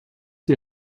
die